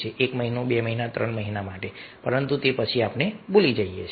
1 મહિનો 2 મહિના 3 મહિના માટે પરંતુ તે પછી આપણે ભૂલી જઈએ છીએ